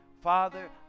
father